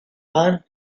man